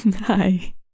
Hi